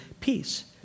peace